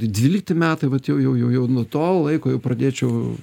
dvylikti metai vat jau jau jau jau nuo to laiko jau pradėčiau